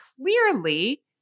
clearly